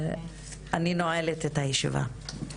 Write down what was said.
אני נועלת את הישיבה.